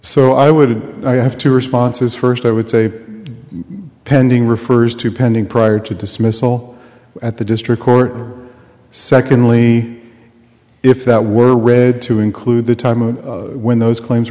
so i would i have two responses first i would say pending refers to pending prior to dismissal at the district court secondly if that were read to include the time of when those claims